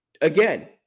Again